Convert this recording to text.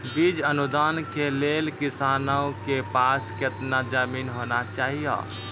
बीज अनुदान के लेल किसानों के पास केतना जमीन होना चहियों?